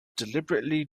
deliberately